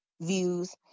views